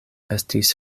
estis